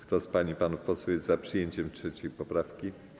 Kto z pań i panów posłów jest za przyjęciem 3. poprawki?